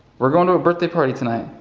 we're going to a birthday party tonight.